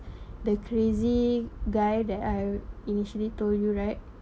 the crazy guy that I initially told you right